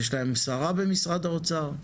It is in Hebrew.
יש להם שרה במשרד האוצר.